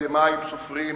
אקדמאים וסופרים.